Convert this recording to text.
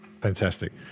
Fantastic